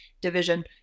division